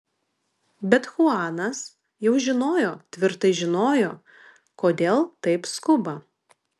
bet chuanas jau žinojo tvirtai žinojo kodėl taip skuba